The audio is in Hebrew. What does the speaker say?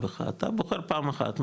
אתה בוחר פעם אחת,